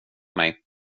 mig